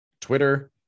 Twitter